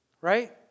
right